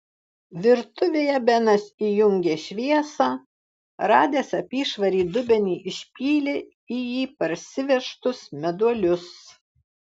virtuvėje benas įjungė šviesą radęs apyšvarį dubenį išpylė į jį parsivežtus meduolius